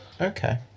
Okay